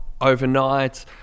overnight